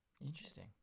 Interesting